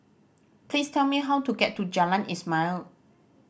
please tell me how to get to Jalan Ismail